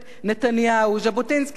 ז'בוטינסקי היה חותם עליו.